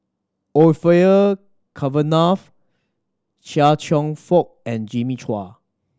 Orfeur Cavenagh Chia Cheong Fook and Jimmy Chua